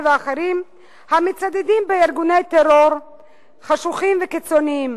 ואחרים המצדדים בארגוני טרור חשוכים וקיצוניים,